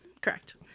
correct